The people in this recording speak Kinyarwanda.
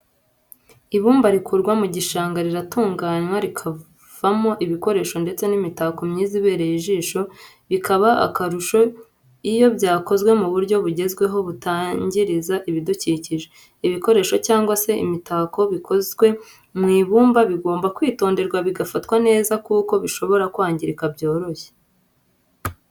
Ibumba rikurwa mu gishanga riratunganywa rikavamo ibikoresho ndetse n'imitako myiza ibereye ijisho bikaba akarusho iyo byakozwe mu buryo bugezweho butangiza ibidukikije. ibikoresho cyangwa se imitako bikozwe mu ibumba bigomba kwitonderwa bigafatwa neza kuko bishobora kwangirika byoroshye.